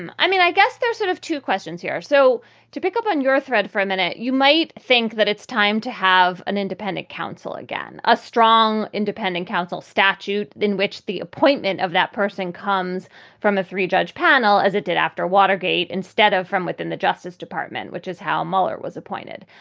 and i mean, i guess there's sort of two questions here. so to pick up on your thread for a minute, you might think that it's time to have an independent counsel again, a strong independent counsel statute in which the appointment of that person comes from a three judge panel, as it did after watergate instead of from within the justice department, which is how mueller was appointed.